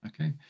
Okay